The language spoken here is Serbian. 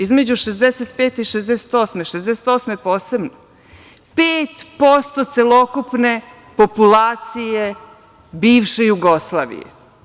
Između 1965. - 1968. godine, 1968. godine posebno, 5% celokupne populacije bivše Jugoslavije.